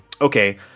okay